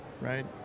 right